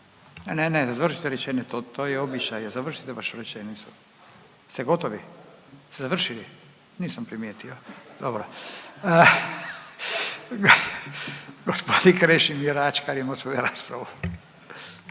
Ne, ne završite rečenicu. To je običaj, završite vašu rečenicu. Ste gotovi? Jeste završili? Nisam primijetio, dobro. Gospodin Krešimir Ačkar ima svoju raspravu.